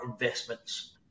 investments